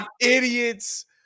Idiots